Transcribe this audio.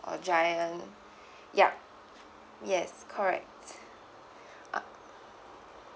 or Giant yup yes correct uh